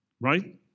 right